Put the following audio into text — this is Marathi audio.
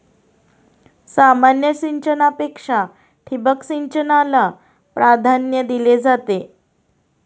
सामान्य सिंचनापेक्षा ठिबक सिंचनाला प्राधान्य दिले जाते